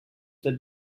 that